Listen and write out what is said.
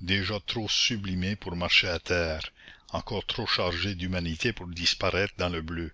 déjà trop sublimés pour marcher à terre encore trop chargés d'humanité pour disparaître dans le bleu